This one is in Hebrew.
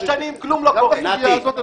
כבר דיברנו על המודעות עשר שנים, כלום לא קורה.